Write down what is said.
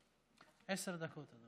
עשר דקות.